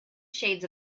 shades